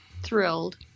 thrilled